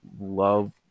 love